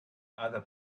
other